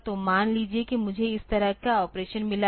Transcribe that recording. तो मान लीजिए कि मुझे इस तरह का ऑपरेशन मिला है